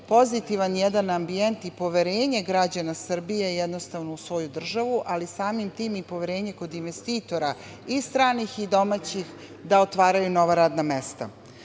pozitivan ambijent i poverenje građana Srbije u svoju državu, ali samim tim i poverenje kod investitora i stranih i domaćih da otvaraju nova radna mesta. Ono